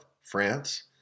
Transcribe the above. France